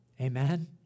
Amen